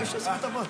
יש זכות אבות.